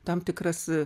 tam tikras